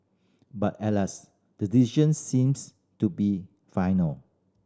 but alas the decision seems to be final